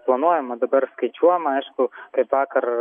planuojama dabar skaičiuojama aišku kaip vakar